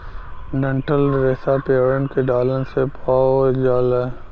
डंठल रेसा पेड़न के डालन से पावल जाला